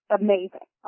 amazing